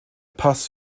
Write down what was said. pass